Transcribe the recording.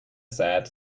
sad